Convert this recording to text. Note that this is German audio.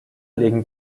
legen